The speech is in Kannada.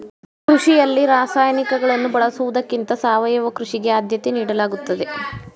ಕೃಷಿಯಲ್ಲಿ ರಾಸಾಯನಿಕಗಳನ್ನು ಬಳಸುವುದಕ್ಕಿಂತ ಸಾವಯವ ಕೃಷಿಗೆ ಆದ್ಯತೆ ನೀಡಲಾಗುತ್ತದೆ